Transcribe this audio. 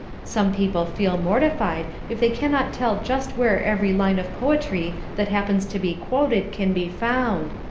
some people feel mortified if they cannot tell just where every line of poetry that happens to be quoted can be found,